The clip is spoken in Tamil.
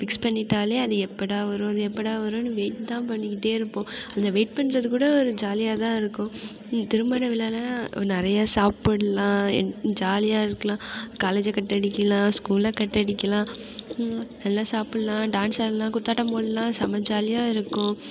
ஃபிக்ஸ் பண்ணிவிட்டாலே அது எப்போடா வரும் அதுஎப்போடா வருனு வெயிட்தான் பண்ணிகிட்டே இருப்போம் அந்த வெயிட் பண்ணுறது கூட ஒரு ஜாலியாகதான் இருக்கும் திருமண விழாலலாம் நிறைய சாப்பிட்லாம் ஜாலியாக இருக்குலாம் காலேஜை கட் அடிக்கலாம் ஸ்கூலை கட் அடிக்கலாம் நல்லா சாப்பிட்லாம் டான்ஸ் ஆடலாம் குத்தாட்டம் போடலாம் செம ஜாலியாக இருக்கும்